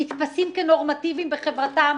הם נתפסים כנורמטיביים בחברתם,